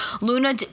Luna